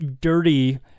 dirty